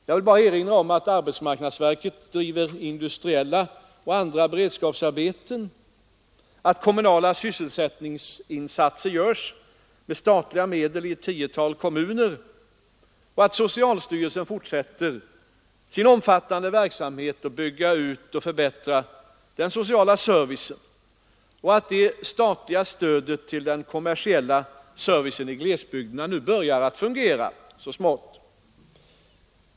Jag vill bara erinra om att arbetsmarknadsverket driver industriella och andra beredskapsarbeten, att kommunala sysselsättningsinsatser görs med statliga medel i ett tiotal kommuner, att socialstyrelsen fortsätter sin omfattande verksamhet med att bygga ut och förbättra den sociala servicen och att det statliga stödet till den kommersiella servicen i glesbygderna nu börjar fungera så smått.